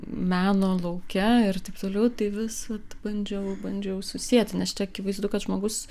meno lauke ir taip toliau tai visad bandžiau bandžiau susieti nes čia akivaizdu kad žmogus